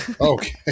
Okay